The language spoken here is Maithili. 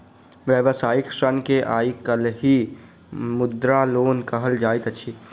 व्यवसायिक ऋण के आइ काल्हि मुद्रा लोन कहल जाइत अछि